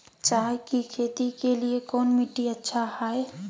चाय की खेती के लिए कौन मिट्टी अच्छा हाय?